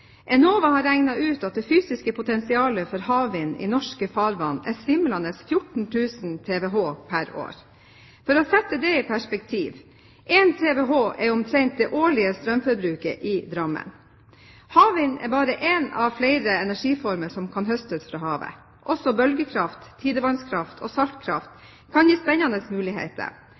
Enova har regnet ut at det fysiske potensialet for havvind i norske farvann er svimlende 14 000 TWh pr. år. For å sette det i perspektiv: 1 TWh er omtrent det årlige strømforbruket i Drammen. Havvind er bare én av flere energiformer som kan høstes fra havet. Også bølgekraft, tidevannskraft og saltkraft kan gi spennende muligheter.